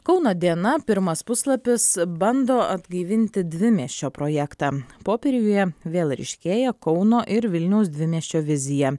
kauno diena pirmas puslapis bando atgaivinti dvimiesčio projektą popieriuje vėl ryškėja kauno ir vilniaus dvimiesčio vizija